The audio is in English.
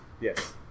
Yes